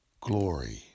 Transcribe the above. glory